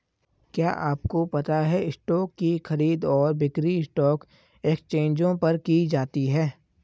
क्या आपको पता है स्टॉक की खरीद और बिक्री स्टॉक एक्सचेंजों पर की जाती है?